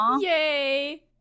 Yay